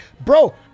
bro